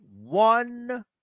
one